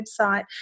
website